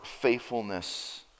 faithfulness